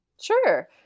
Sure